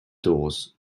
doors